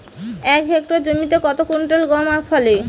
এক হেক্টর জমিতে কত কুইন্টাল গম ফলে?